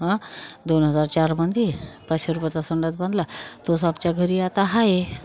हं दोन हजार चारमध्ये पाचशे रुपयेचा संडास बनला तोच आमच्या घरी आता आहे